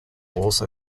also